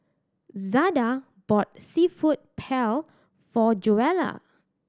Zada bought Seafood Paella for Joella